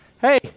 Hey